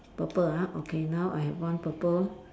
purple ah okay now I have one purple